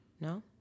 No